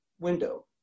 window